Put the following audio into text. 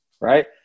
right